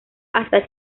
hasta